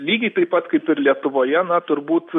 lygiai taip pat kaip ir lietuvoje na turbūt